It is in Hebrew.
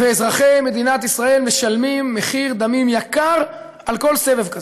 ואזרחי מדינת ישראל משלמים מחיר דמים יקר על כל סבב כזה.